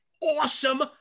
awesome